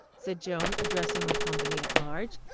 said joan, addressing the company at large.